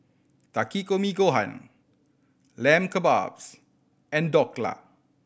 Takikomi Gohan Lamb Kebabs and Dhokla